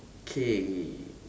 okay